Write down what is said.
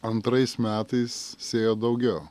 antrais metais sėjot daugiau